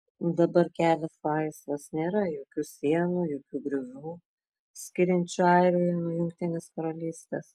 dabar kelias laisvas nėra jokių sienų jokių griovių skiriančių airiją nuo jungtinės karalystės